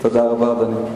תודה רבה, אדוני.